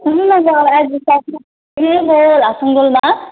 सुन्नु न लासाङ डोल्मा